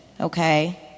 okay